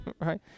right